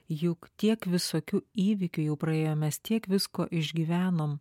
juk tiek visokių įvykių jau praėjo mes tiek visko išgyvenom